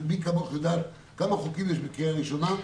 כי מי כמוך יודעת כמה חוקים יש בקריאה ראשונה.